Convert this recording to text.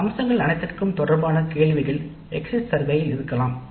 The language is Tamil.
இந்த அம்சங்கள் தொடர்பான கேள்விகள் எக்ஸெல் சர்வேயில் இருக்கலாம்